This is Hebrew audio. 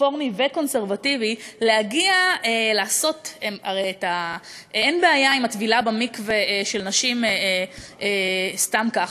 רפורמי וקונסרבטיבי הרי אין בעיה עם הטבילה במקווה של נשים סתם כך,